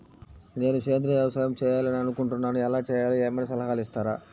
నేను సేంద్రియ వ్యవసాయం చేయాలి అని అనుకుంటున్నాను, ఎలా చేయాలో ఏమయినా సలహాలు ఇస్తారా?